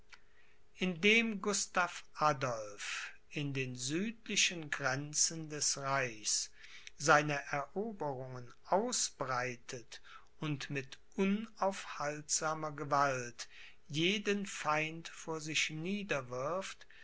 indem gustav adolph in den südlichen grenzen des reichs seine eroberungen ausbreitet und mit unaufhaltsamer gewalt jeden feind vor sich